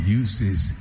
uses